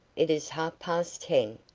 it is half-past ten.